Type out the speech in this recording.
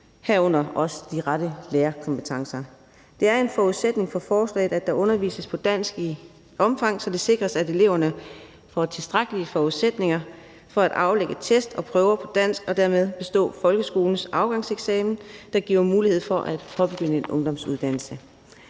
herunder også de rette lærerkompetencer. Det er en forudsætning for forslaget, at der undervises på dansk i et omfang, så det sikres, at eleverne får tilstrækkelige forudsætninger for at aflægge test og prøver på dansk og dermed bestå folkeskolens afgangseksamen, der giver mulighed for at påbegynde en ungdomsuddannelse.